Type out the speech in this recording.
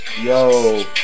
Yo